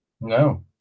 No